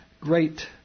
great